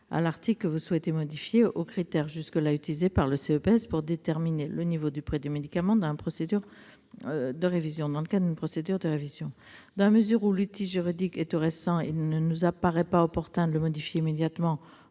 à l'article que vous souhaitez modifier, aux critères jusque-là utilisés par le CEPS pour déterminer le niveau du prix du médicament dans le cadre d'une procédure de révision. Dans la mesure où cet outil juridique est tout récent, il ne nous apparaît pas opportun de le modifier immédiatement